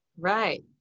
Right